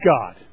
God